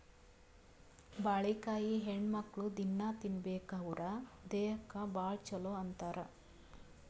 ಬಾಳಿಕಾಯಿ ಹೆಣ್ಣುಮಕ್ಕ್ಳು ದಿನ್ನಾ ತಿನ್ಬೇಕ್ ಅವ್ರ್ ದೇಹಕ್ಕ್ ಭಾಳ್ ಛಲೋ ಅಂತಾರ್